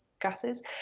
gases